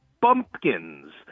bumpkins